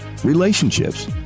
relationships